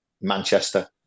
Manchester